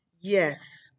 Yes